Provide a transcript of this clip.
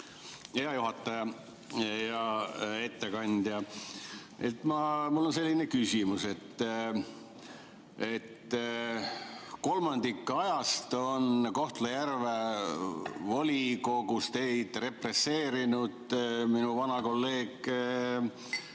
Hea juhataja! Hea ettekandja! Mul on selline küsimus. Kolmandik ajast on Kohtla-Järve volikogus teid represseerinud minu vana kolleeg